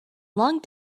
long